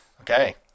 Okay